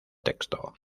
texto